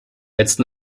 letzten